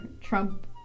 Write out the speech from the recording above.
Trump